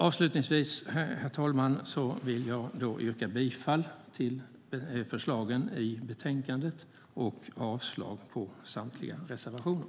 Avslutningsvis, herr talman, vill jag yrka bifall till förslagen i betänkandet och avslag på samtliga reservationer.